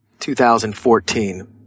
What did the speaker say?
2014